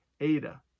ADA